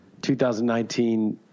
2019